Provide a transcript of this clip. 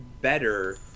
better